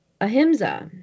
Ahimsa